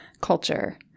culture